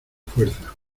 fuerza